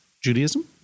Judaism